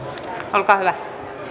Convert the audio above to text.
olkaa hyvä